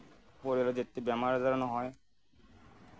পৰিয়ালত যেতিয়া বেমাৰ আজাৰ নহয়